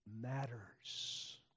matters